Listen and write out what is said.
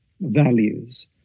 values